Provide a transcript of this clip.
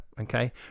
okay